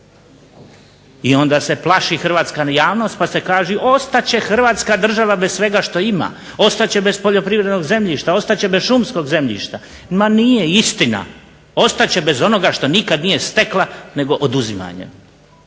I onda se plaši hrvatska javnost pa se kaže ostat će Hrvatska država bez svega što ima, ostat će bez poljoprivrednog zemljišta, ostat će bez šumskog zemljišta. Ma nije istina, ostat će bez onoga što nikad nije stekla nego oduzimanje,